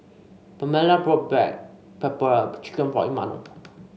Pamella bought Black Pepper Chicken for Imanol